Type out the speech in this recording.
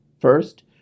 First